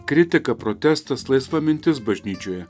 kritika protestas laisva mintis bažnyčioje